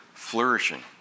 flourishing